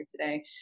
today